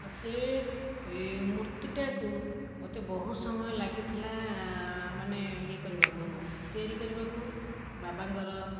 ଆ ସେ ଏ ମୂର୍ତ୍ତିଟାକୁ ମୋତେ ବହୁତ ସମୟ ଲାଗିଥିଲା ମାନେ ଇଏ କରିବାକୁ ତିଆରି କରିବାକୁ ବାବାଙ୍କର